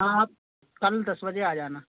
हाँ आप कल दस बजे आ जाना